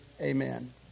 amen